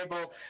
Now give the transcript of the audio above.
able